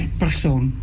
persoon